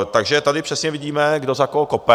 Takže tady přesně vidíme, kdo za koho kope.